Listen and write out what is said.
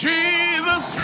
Jesus